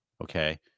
Okay